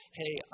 hey